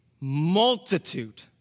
multitude